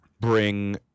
bring